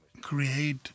create